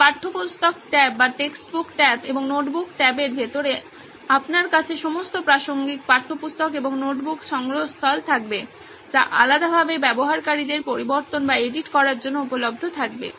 তাই পাঠ্যপুস্তক ট্যাব এবং নোটবুক ট্যাবের ভিতরে আপনার কাছে সমস্ত প্রাসঙ্গিক পাঠ্যপুস্তক এবং নোটবুক সংগ্রহস্থল থাকবে যা আলাদাভাবে ব্যবহারকারীদের পরিবর্তন করার জন্য উপলব্ধ থাকবে